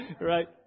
Right